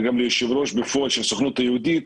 וגם ליושב-ראש בפועל של הסוכנות היהודית